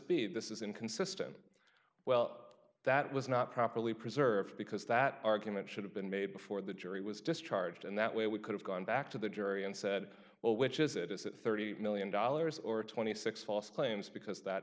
be this is inconsistent well that was not properly preserved because that argument should have been made before the jury was discharged and that way we could have gone back to the jury and said well which is it is it thirty million dollars or twenty six dollars false claims because that